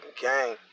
gang